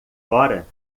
fora